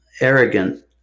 arrogant